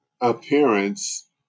appearance